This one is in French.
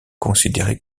considéré